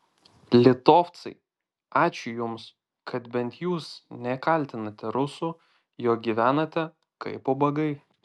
litovcai ačiū jums kad bent jūs nekaltinate rusų jog gyvenate kaip ubagai